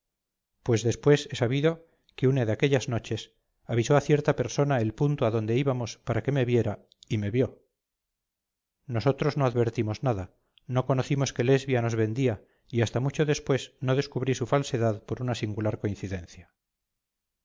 pues después he sabido que una de aquellas noches avisó a cierta persona el punto a donde íbamos para que me viera y me vio nosotros no advertimos nada no conocimos que lesbia nos vendía y hasta mucho después no descubrí su falsedad por una singular coincidencia